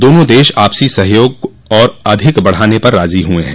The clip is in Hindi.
दोनों देश आपसी सहयोग और अधिक बढ़ाने पर राजी हॅए हैं